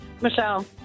Michelle